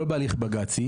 לא בהליך בג"צי